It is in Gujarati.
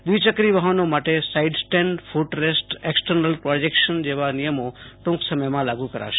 દિવ ચકો વાહનો માટે side stand foot rest external projection જેવા નિયમો ટુંક સમયમાં લાગુ કરાશે